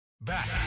Back